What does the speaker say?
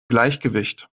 gleichgewicht